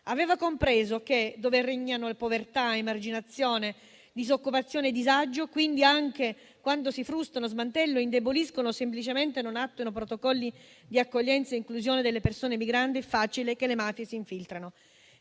Aveva compreso che dove regnano povertà, emarginazione, disoccupazione e disagio, quindi anche quando si smantellano, indeboliscono o semplicemente non si attuano protocolli di accoglienza e inclusione delle persone migranti, è facile che le mafie si infiltrano.